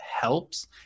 helps